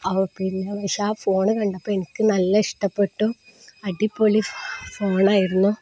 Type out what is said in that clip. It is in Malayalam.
പിന്നെ പക്ഷെ ആ ഫോണ് കണ്ടപ്പോള് എനിക്കു നല്ല ഇഷ്ടപ്പെട്ടു അടിപൊളി ഫോണായിരുന്നു